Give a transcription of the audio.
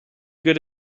good